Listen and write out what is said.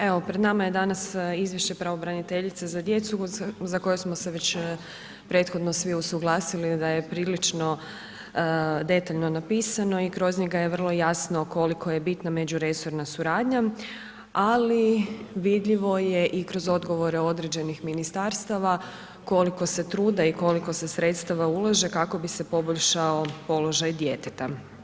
Evo pred nama je danas izvješće pravobraniteljice za djecu za koje smo se već prethodno svi usuglasili da je prilično detaljno napisano i kroz njega je vrlo jasno koliko je bitna međuresorna suradnja ali vidljivo je i kroz odgovore određenih ministarstava koliko se trude i koliko se sredstava ulaže kako bi se poboljšao položaj djeteta.